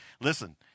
Listen